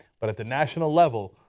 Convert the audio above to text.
but at the national level,